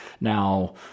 now